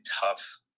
tough